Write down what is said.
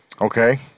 Okay